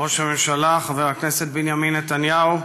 ראש הממשלה חבר הכנסת בנימין נתניהו,